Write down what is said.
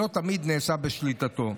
שלא תמיד נעשה בשליטתו.